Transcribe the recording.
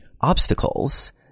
obstacles